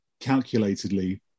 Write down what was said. calculatedly